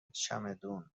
چمدون